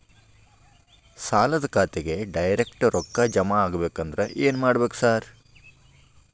ಸಾಲದ ಖಾತೆಗೆ ಡೈರೆಕ್ಟ್ ರೊಕ್ಕಾ ಜಮಾ ಆಗ್ಬೇಕಂದ್ರ ಏನ್ ಮಾಡ್ಬೇಕ್ ಸಾರ್?